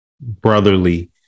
brotherly